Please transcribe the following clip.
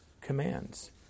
commands